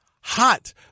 hot